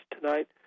tonight